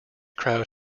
crowd